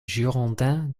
girondins